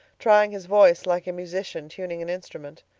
trying his voice like a musician tuning an instrument.